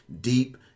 deep